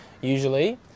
usually